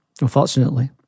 Unfortunately